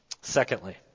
Secondly